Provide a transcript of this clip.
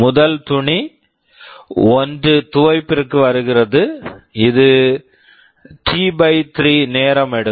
முதல் துணி 1 துவைப்பிற்கு வருகிறது இது டி T 3 நேரம் எடுக்கும்